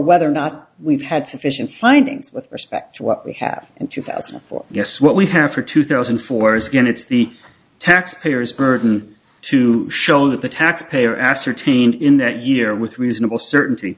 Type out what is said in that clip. whether or not we've had sufficient findings with respect to what we have in two thousand and four yes what we have for two thousand and four is going it's the taxpayers burden to show that the taxpayer ascertained in that year with reasonable certainty